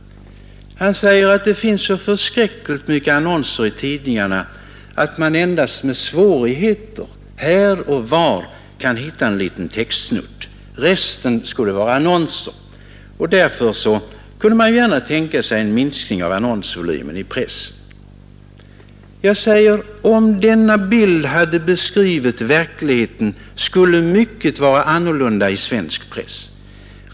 Han säger att det finns så förskräckligt mycket annonser i tidningarna att man endast med svårighet här och var kan hitta en liten textsnutt. Resten är annonser. Därför kan man gärna tänka sig en minskning av annonsvolymen i pressen. Om denna bild hade beskrivit verkligheten skulle mycket vara annorlunda i svensk press.